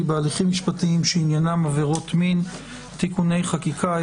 בהליכים משפטיים שעניינם עבירות מין (תיקוני חקיקה),